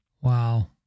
Wow